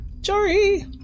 Jory